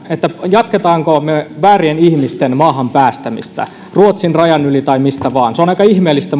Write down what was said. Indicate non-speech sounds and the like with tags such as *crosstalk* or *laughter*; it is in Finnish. jatkammeko me väärien ihmisten päästämistä maahan ruotsin rajan yli tai mistä vain se on muuten aika ihmeellistä *unintelligible*